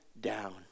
down